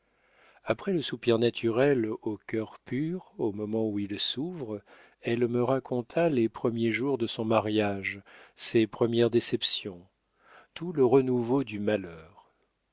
après le soupir naturel aux cœurs purs au moment où ils s'ouvrent elle me raconta les premiers jours de son mariage ses premières déceptions tout le renouveau du malheur